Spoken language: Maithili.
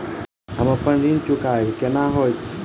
हम अप्पन ऋण चुकाइब कोना हैतय?